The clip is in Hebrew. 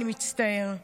'אני מצטער.